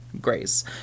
Grace